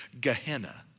Gehenna